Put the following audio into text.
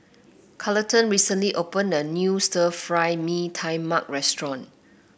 Carleton recently opened a new Stir Fry Mee Tai Mak restaurant